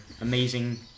amazing